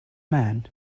man